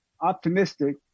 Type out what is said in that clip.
optimistic